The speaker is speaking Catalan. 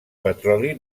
petroli